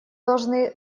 должны